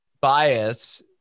bias